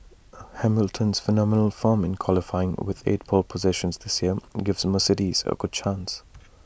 Hamilton's phenomenal form in qualifying with eight pole positions this year gives Mercedes A good chance